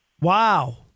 Wow